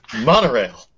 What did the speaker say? Monorail